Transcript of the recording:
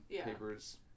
papers